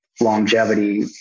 longevity